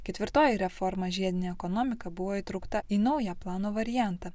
ketvirtoji reforma žiedinė ekonomika buvo įtraukta į naują plano variantą